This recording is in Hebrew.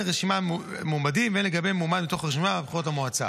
לגבי רשימת מועמדים והן לגבי מועמד מתור הרשימה בבחירות למועצה.